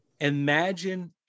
imagine